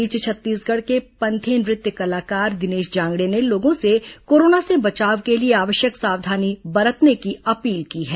इस बीच छत्तीसगढ़ के पंथी नृत्य कलाकार दिनेश जांगड़े ने लोगों से कोरोना से बचाव के लिए आवश्यक सावधानी बरतने की अपील की है